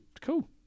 cool